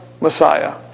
Messiah